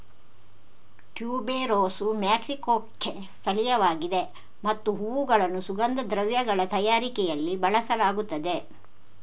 tuberose ಮೆಕ್ಸಿಕೊಕ್ಕೆ ಸ್ಥಳೀಯವಾಗಿದೆ ಮತ್ತು ಹೂವುಗಳನ್ನು ಸುಗಂಧ ದ್ರವ್ಯಗಳ ತಯಾರಿಕೆಯಲ್ಲಿ ಬಳಸಲಾಗುತ್ತದೆ